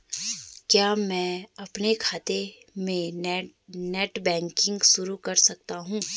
क्या मैं अपने खाते में नेट बैंकिंग शुरू कर सकता हूँ?